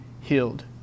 healed